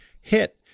hit